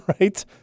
right